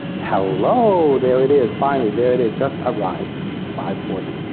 hello there it is! finally there it is just arrived five forty.